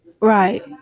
Right